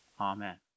Amen